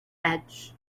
edge